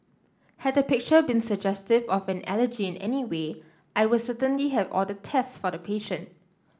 had the picture been suggestive of an allergy in any way I will certainly have ordered test for the patient